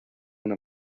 una